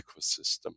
ecosystem